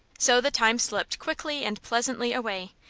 so the time slipped quickly and pleasantly away,